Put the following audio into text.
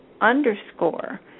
underscore